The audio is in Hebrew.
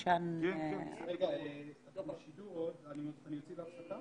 יוצאים להפסקה?